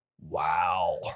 Wow